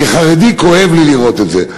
כחרדי כואב לי לראות את זה.